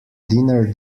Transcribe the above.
dinner